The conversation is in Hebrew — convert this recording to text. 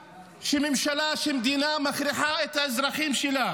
שממשלה של מדינה מכריחה את האזרחים שלה